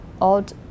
Odd